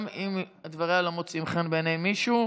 גם אם דבריה לא מוצאים חן בעיני מישהו,